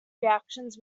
reactions